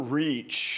reach